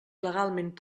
legalment